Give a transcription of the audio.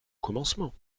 commencement